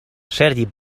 sergi